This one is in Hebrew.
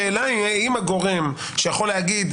השאלה היא האם הגורם שיכול להגיד,